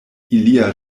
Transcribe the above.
ilia